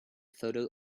photo